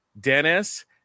Dennis